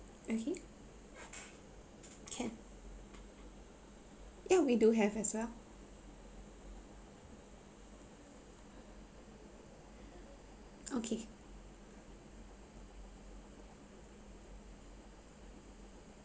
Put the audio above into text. okay can ya we do have as well okay